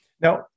Now